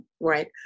right